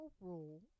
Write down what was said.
rule